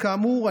כאמור,